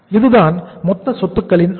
இதுதான் மொத்த சொத்துக்களின் அளவு